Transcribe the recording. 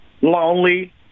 lonely